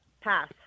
Pass